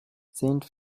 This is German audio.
sind